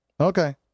Okay